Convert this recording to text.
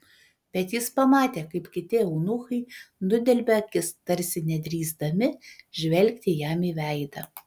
bet jis pamatė kaip kiti eunuchai nudelbia akis tarsi nedrįsdami žvelgti jam į veidą